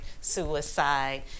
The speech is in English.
suicide